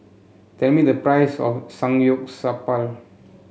tell me the price of Samgyeopsal